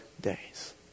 days